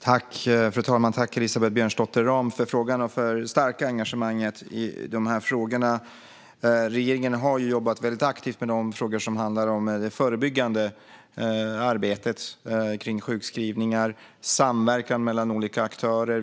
Fru talman! Jag tackar Elisabeth Björnsdotter Rahm för frågan och för hennes starka engagemang i dessa frågor. Regeringen har jobbat mycket aktivt med de frågor som handlar om det förebyggande arbetet kring sjukskrivningar och samverkan mellan olika aktörer.